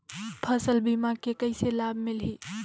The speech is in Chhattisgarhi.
फसल बीमा के कइसे लाभ मिलही?